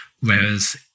Whereas